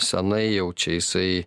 senai jau čia jisai